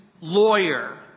lawyer